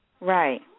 Right